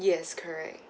yes correct